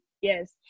yes